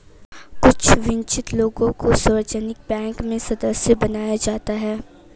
कुछ वन्चित लोगों को सार्वजनिक बैंक में सदस्य बनाया जाता है